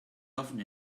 often